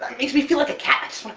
um makes me feel like a cat,